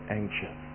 anxious